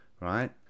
right